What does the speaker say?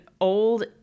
old